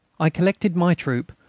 i collected my troop,